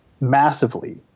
massively